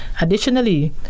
Additionally